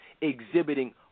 exhibiting